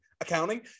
accounting